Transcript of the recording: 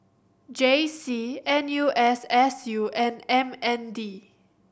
J C N U S S U and M N D